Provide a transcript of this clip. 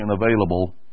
available